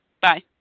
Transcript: Bye